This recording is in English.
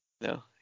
No